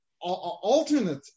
alternate